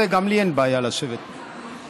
גם לי אין בעיה לשבת פה.